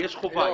יש חובה.